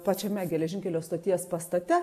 pačiame geležinkelio stoties pastate